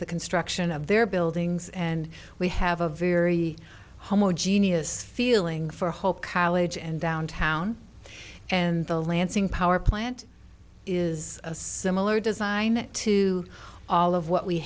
the construction of their buildings and we have a very homogeneous feeling for whole college and downtown and the lansing power plant is a similar design to all of what we